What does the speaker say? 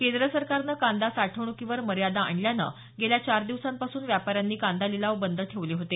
केंद्र सरकारनं कांदा साठवणूकीवर मर्यादा आणल्यानं गेल्या चार दिवसांपासून व्यापाऱ्यांनी कांदा लिलाव बंद ठेवले होते